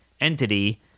entity